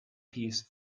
piece